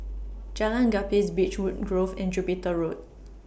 Jalan Gapis Beechwood Grove and Jupiter Road